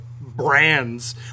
brands